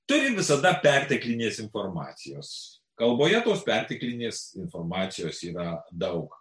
turi visada perteklinės informacijos kalboje tos perteklinės informacijos yra daug